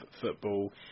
football